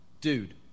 Dude